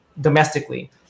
domestically